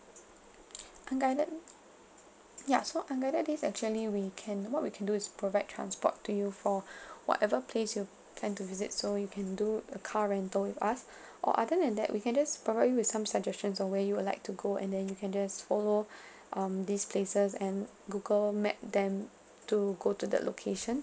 unguided ya so unguided days actually we can what we can do is provide transport to you for whatever place you plan to visit so you can do a car rental with us or other than that we can just provide you with some suggestions on where you would like to go and then you can just follow um these places and google map them to go to the location